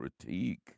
critique